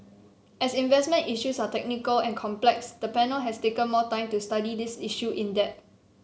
as investment issues are technical and complex the panel has taken more time to study this issue in depth